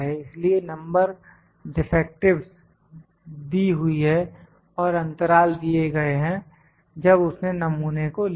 इसलिए number defectives दी हुई है और अंतराल दिए गए हैं जब उसने नमूने को लिया